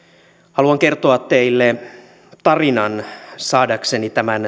haluan kertoa teille tarinan saadakseni tämän